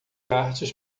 artes